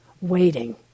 waiting